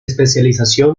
especialización